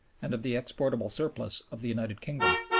and of the exportable surplus of the united kingdom.